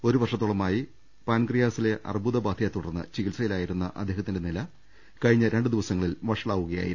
ഒരു വർഷത്തോളമായി പാൻക്രിയാസിലെ അർബുദ ബാധയെ തുടർന്ന് ചികിത്സയിലായിരുന്ന അദ്ദേഹത്തിന്റെ നില കഴിഞ്ഞ രണ്ടു ദിവസങ്ങളിൽ വഷളാവുകയായിരുന്നു